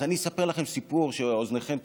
אז אני אספר לכם סיפור שאוזניכם תסמרנה.